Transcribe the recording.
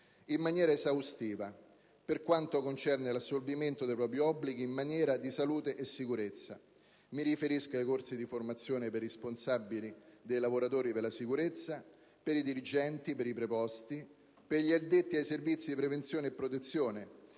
in maniera esaustiva per quanto concerne l'assolvimento dei propri obblighi in materia di salute e sicurezza. Faccio riferimento ai corsi di formazione per i responsabili dei lavoratori per la sicurezza (gli RLS), per i dirigenti, i preposti, gli addetti ai servizi di prevenzione e protezione